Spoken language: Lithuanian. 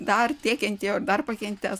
dar tiek kentėjo dar pakentės